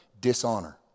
dishonor